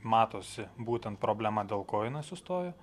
matosi būtent problema dėl ko jinai sustojo